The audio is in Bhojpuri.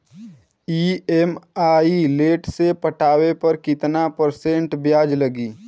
ई.एम.आई लेट से पटावे पर कितना परसेंट ब्याज लगी?